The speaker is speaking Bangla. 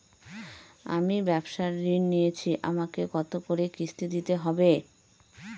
আমি ব্যবসার ঋণ নিয়েছি আমাকে কত করে কিস্তি দিতে হবে?